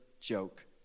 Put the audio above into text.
joke